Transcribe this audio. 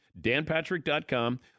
danpatrick.com